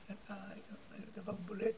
יש דבר בולט.